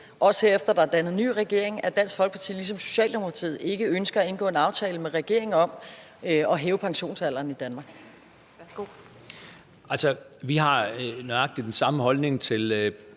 også her efter at der er dannet en regering, at Dansk Folkeparti ligesom Socialdemokratiet ikke ønsker at indgå en aftale med regeringen om at hæve pensionsalderen i Danmark. Kl. 11:40 Formanden (Pia Kjærsgaard):